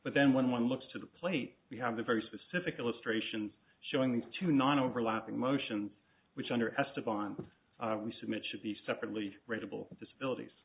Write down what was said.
but then when one looks to the plate we have the very specific illustrations showing these two non overlapping motions which under esteban we submit should be separately ratable disabilit